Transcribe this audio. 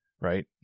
right